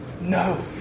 No